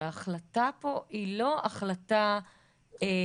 הרי ההחלטה פה היא לא החלטה רפואית.